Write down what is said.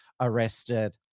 arrested